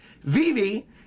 Vivi